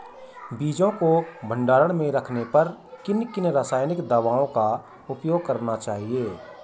बीजों को भंडारण में रखने पर किन किन रासायनिक दावों का उपयोग करना चाहिए?